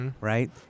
Right